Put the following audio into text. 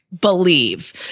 believe